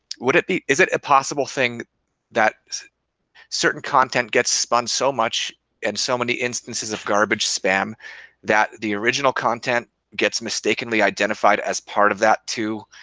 would it be is it a possible thing that certain content gets spun so much in and so many instances of garbage spam that the original content gets mistakenly identified as part of that too,